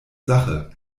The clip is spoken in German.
sache